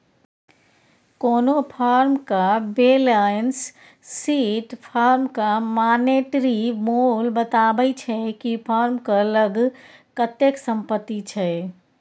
कोनो फर्मक balance sheet फर्मक मानेटिरी मोल बताबै छै कि फर्मक लग कतेक संपत्ति छै